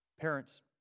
Parents